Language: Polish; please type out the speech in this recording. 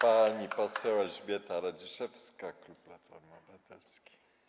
Pani poseł Elżbieta Radziszewska, klub Platformy Obywatelskiej.